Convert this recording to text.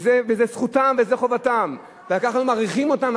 וזה זכותם וזה חובתם, וככה אנחנו מעריכים אותם.